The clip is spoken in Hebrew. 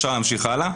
אפשר להמשיך הלאה.